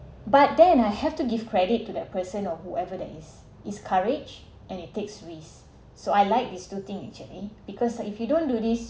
but then I have to give credit to that person or whoever that is his courage and it takes risks so I liked his two thing actually because like if you don't do this